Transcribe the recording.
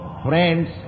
friends